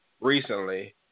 recently